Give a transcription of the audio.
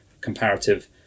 comparative